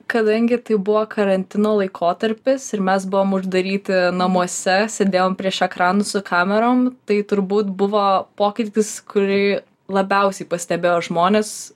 kadangi tai buvo karantino laikotarpis ir mes buvom uždaryti namuose sėdėjom prieš ekranus su kamerom tai turbūt buvo pokytis kurį labiausiai pastebėjo žmonės